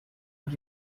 are